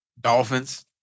Dolphins